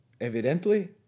evidently